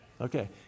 Okay